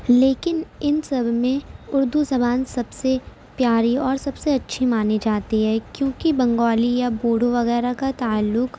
لیکن ان سب میں اردو زبان سب سے پیاری اور سب سے اچھی مانی جاتی ہے کیوںکہ بنگالی یا بوڈھو وغیرہ کا تعلق